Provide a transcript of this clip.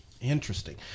Interesting